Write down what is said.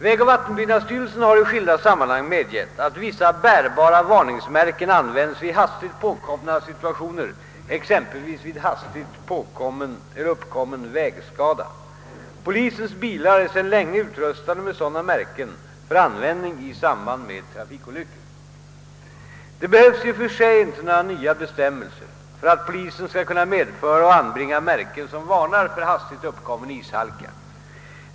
Vägoch vattenbyggnadsstyrelsen har i skilda sammanhang medgett att vissa bärbara varningsmärken används vid hastigt påkomna situationer, exempelvis vid hastigt uppkommen vägskada. Polisens bilar är sedan länge utrustade med sådana märken för användning i samband med trafikolyckor. Det behövs i och för sig inte några nya bestämmelser för att polisen skall kunna medföra och anbringa märken som varnar för hastigt uppkommen ishalka.